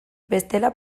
bestela